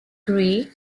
grey